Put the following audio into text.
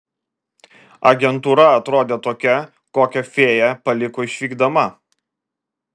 agentūra atrodė tokia kokią fėja paliko išvykdama